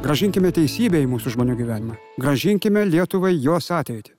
grąžinkime teisybę į mūsų žmonių gyvenimą grąžinkime lietuvai jos ateitį